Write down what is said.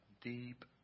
deep